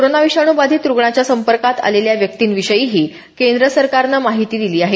corona विषाणू बाधित रुग्णाच्या संपर्कात आलेल्या व्यक्तींविषयीही केंद्र सरकारनं माहिती दिली आहे